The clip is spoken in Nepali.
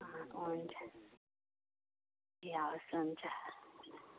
हुन्छ ए हवस् हुन्छ